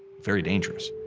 very dangerous.